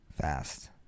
fast